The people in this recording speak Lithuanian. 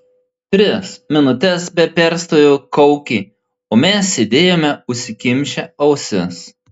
tris minutes be perstojo kaukė o mes sėdėjome užsikimšę ausis